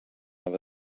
nova